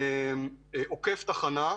ממשק עוקף תחנה,